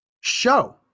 show